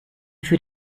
für